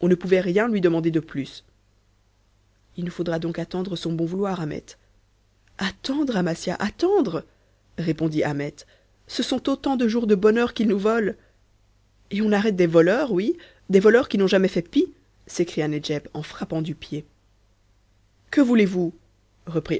ne pouvait rien lui demander de plus il nous faudra donc attendre son bon vouloir ahmet attendre amasia attendre répondit ahmet ce sont autant de jours de bonheur qu'il nous vole et on arrête des voleurs oui des voleurs qui n'ont jamais fait pis s'écria nedjeb en frappant du pied que voulez-vous